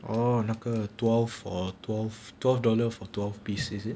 oh 那个 twelve for twelve twelve dollar for twelve piece is it